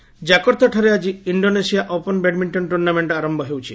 badminton ଜାକର୍ତ୍ତାଠାରେ ଆଜି Indonesia open badminton tournament ଆରମ୍ଭ ହେଉଛି